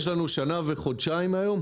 יש לנו סדר גודל של שנה וחודשיים מהיום.